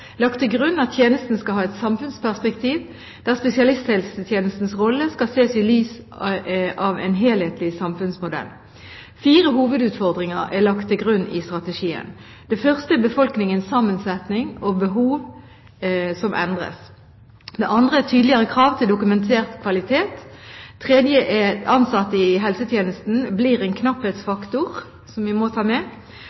lagt til grunn at tjenesten skal ha et samfunnsperspektiv, der spesialisthelsetjenestens rolle skal ses i lys av en helhetlig samfunnsmodell. Fire hovedutfordringer er lagt til grunn i strategien: Befolkningens sammensetning og behov endres. Tydeligere krav til dokumentert kvalitet. Ansatte i helsetjenesten blir en